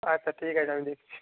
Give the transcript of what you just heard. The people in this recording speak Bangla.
আচ্ছা ঠিক আছে আমি দেখছি